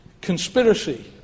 conspiracy